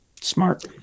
smart